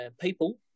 people